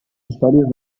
històries